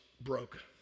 broke